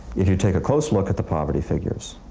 you take a close look at the poverty figures,